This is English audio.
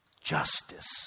Justice